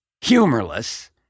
humorless